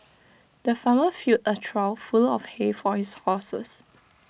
the farmer filled A trough full of hay for his horses